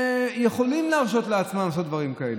ויכולים להרשות לעצמם לעשות דברים כאלה.